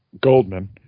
Goldman